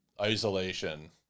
isolation